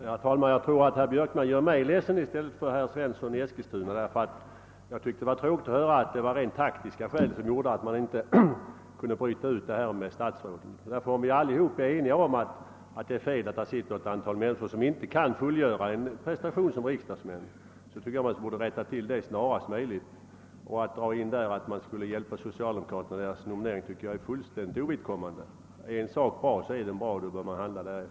Herr talman! Jag tror att herr Björkman gör mig ledsen i stället för herr Svensson i Eskilstuna. Jag tyckte det var tråkigt att höra att det var av rent taktiska skäl man inte kunde bryta ut frågan om statsråden. Är vi alla eniga om att det är fel att det sitter ett antal människor i riksdagen, som inte kan fullgöra en prestation som riksdagsman, anser jag att vi borde rätta till det förhållandet snarast möjligt. Talet om att man skulle hjälpa socialdemokraterna med deras nominering tycker jag är fullständigt ovidkommande. är en sak bra är den bra, och då bör man handla därefter.